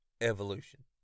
evolution